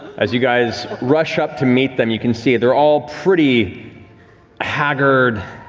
as you guys rush up to meet them, you can see, they're all pretty haggard,